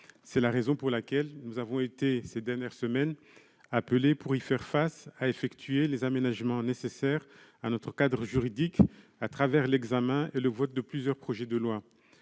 C'est la raison pour laquelle, ces dernières semaines, nous avons été appelés, pour y faire face, à effectuer les aménagements nécessaires à notre cadre juridique, au travers de l'examen et du vote de plusieurs projets de loi.